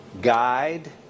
guide